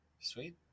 Sweet